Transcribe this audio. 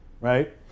right